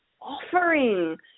offering